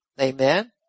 Amen